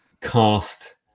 cast